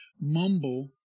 Mumble